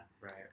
Right